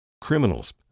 criminals